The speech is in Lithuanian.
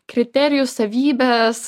kriterijus savybes